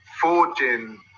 forging